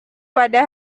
pada